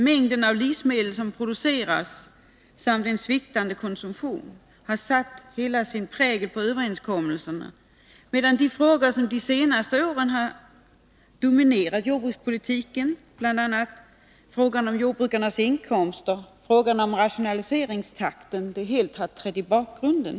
Mängden av livsmedel som produceras samt en sviktande konsumtion har satt sin prägel på överenskommelsen, medan de frågor som de senaste åren har dominerat jordbrukspolitiken, bl.a. frågan om jordbrukarnas inkomster och rationaliseringstakten, helt har trätt i bakgrunden.